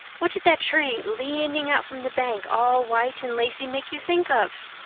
what did that tree, leaning out from the bank, all white and lacy, make you think of?